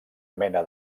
mena